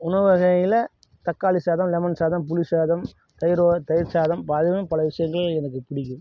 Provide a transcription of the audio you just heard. உணவு வகைகளில் தக்காளி சாதம் லெமன் சாதம் புளி சாதம் தயிரோ தயிர் சாதம் ப அதுவும் பல விஷயங்கள் எனக்கு பிடிக்கும்